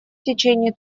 течение